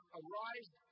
arise